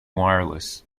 wireless